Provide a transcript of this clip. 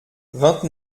vingt